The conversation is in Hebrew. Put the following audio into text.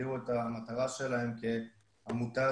רשם העמותות מבצע פיקוח על עמותות והפיקוח